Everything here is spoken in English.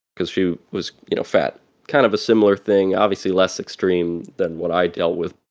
because she was, you know, fat kind of a similar thing, obviously less extreme, than what i dealt with